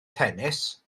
tennis